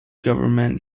government